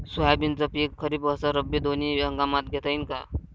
सोयाबीनचं पिक खरीप अस रब्बी दोनी हंगामात घेता येईन का?